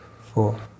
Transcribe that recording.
four